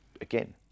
again